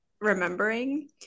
remembering